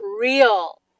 real